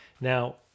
now